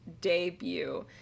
debut